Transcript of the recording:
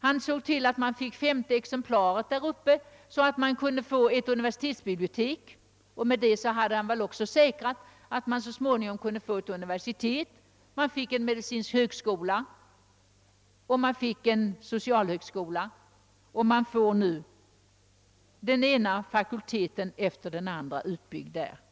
Han såg till, att man fick det femte exemplaret där uppe, så att man kunde få ett universitetsbibliotek, och därmed hade han väl också säkrat att man så småningom kunde få ett universitet. Man fick en medicinsk högskola, man fick en socialhögskola och man får nu den ena fakulteten efter den andra utbyggd där uppe.